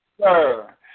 sir